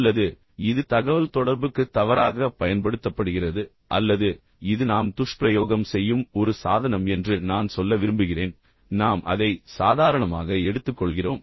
அல்லது இது தகவல்தொடர்புக்கு தவறாகப் பயன்படுத்தப்படுகிறது அல்லது இது நாம் துஷ்பிரயோகம் செய்யும் ஒரு சாதனம் என்று நான் சொல்ல விரும்புகிறேன் நாம் அதை சாதாரணமாக எடுத்துக்கொள்கிறோம்